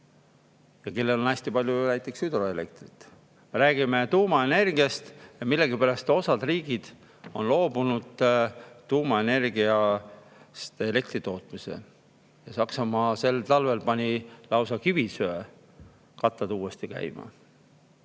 ja kellel on hästi palju näiteks hüdroelektrit. Me räägime tuumaenergiast – millegipärast on osa riike loobunud tuumaenergiast elektri tootmisest. Saksamaa pani sel talvel lausa kivisöekatlad uuesti käima.